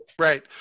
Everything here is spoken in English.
Right